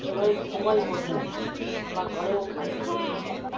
জবাই জবাই করিনি বা ঘরেও খাইনি বিক্রি করি